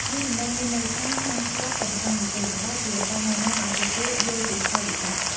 នេះមិនមែនមានន័យថាហាមឃាត់ទាំងស្រុងនោះទេ ប៉ុន្តែជាការណែនាំឲ្យពួកគេយល់ពីផលវិបាក។